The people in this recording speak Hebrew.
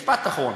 משפט אחרון.